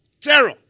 terror